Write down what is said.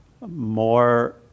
more